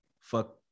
fuck